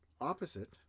opposite